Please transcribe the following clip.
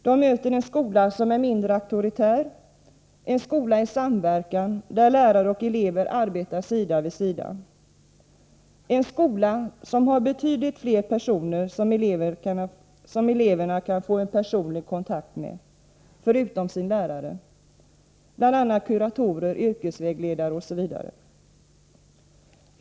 De möter en skola som är mindre auktoritär, en skola i samverkan, där lärare och elever arbetar sida vid sida, en skola som har betydligt fler personer som eleverna kan få en personlig kontakt med — förutom lärarna bl.a. kuratorer, yrkesvägledare osv.